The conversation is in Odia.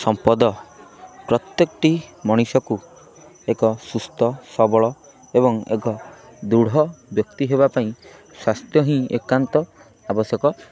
ସମ୍ପଦ ପ୍ରତ୍ୟେକଟି ମଣିଷକୁ ଏକ ସୁସ୍ଥ ସବଳ ଏବଂ ଏକ ଦୃଢ଼ ବ୍ୟକ୍ତି ହେବା ପାଇଁ ସ୍ୱାସ୍ଥ୍ୟ ହିଁ ଏକାନ୍ତ ଆବଶ୍ୟକ